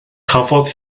cafodd